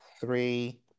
three